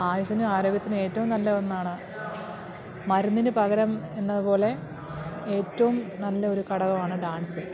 ആയുസ്സിനും ആരോഗ്യത്തിനും ഏറ്റവും നല്ല ഒന്നാണ് മരുന്നിന് പകരം എന്നതുപോലെ ഏറ്റവും നല്ലൊരു ഘടകമാണ് ഡാൻസ്